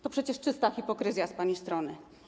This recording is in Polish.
To przecież czysta hipokryzja z pani strony.